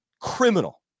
criminal